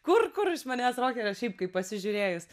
kur kur iš manęs rokerė šiaip kai pasižiūrėjus